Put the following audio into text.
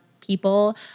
people